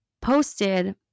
posted